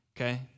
Okay